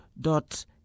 dot